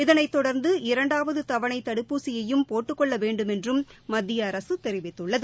இதனைத் தொடா்ந்து இரண்டாவது தவணை தடுப்பூசியையும் போட்டுக் கொள்ள வேண்டுமென்று மத்திய அரசு தெரிவித்துள்ளது